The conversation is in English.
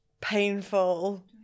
Painful